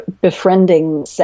befriending